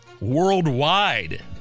worldwide